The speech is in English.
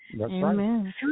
Amen